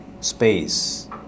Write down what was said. space